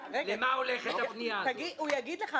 הוא יגיד לך.